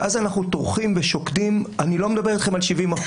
ואז אנחנו טורחים ושוקדים אני לא מדבר אתכם על 70%,